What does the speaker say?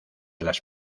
las